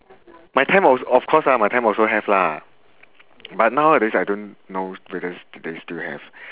my time of of course ah my time also have lah but nowadays I don't know whether do they still have